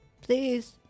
Please